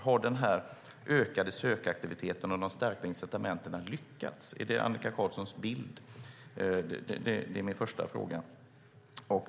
Har den ökade sökaktiviteten och de stärkta incitamenten lyckats? Är det Annika Qarlssons bild? Det är min första fråga.